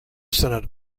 senate